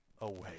away